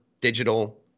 digital